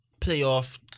playoff